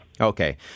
Okay